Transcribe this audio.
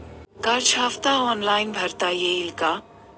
कर्ज हफ्ता ऑनलाईन भरता येईल का?